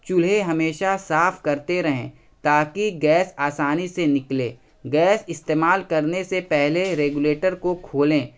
چولہے ہمیشہ صاف کرتے رہیں تاکہ گیس آسانی سے نکلے گیس استعمال کرنے سے پہلے ریگولیٹر کو کھولیں